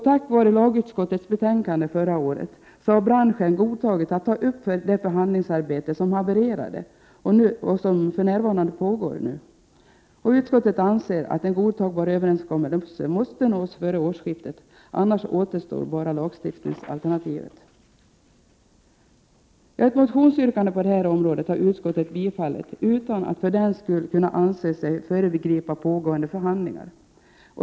Tack vare lagutskottets betänkande från förra året har branschen gått med på att ta upp det förhandlingsarbete som havererade. Detta förhandlingsarbete pågår för närvarande. Utskottet anser att en godtagbar överenskommelse måste nås före årsskiftet. Annars återstår endast lagstiftningsalternativet. Ett motionsyrkande på detta område har utskottet tillstyrkt utan att för den skull kunna anses föregripa pågående förhandlingar.